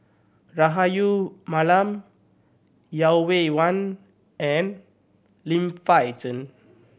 Rahayu Mahzam Yeo Wei Wei and Lim Fei Shen